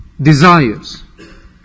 desires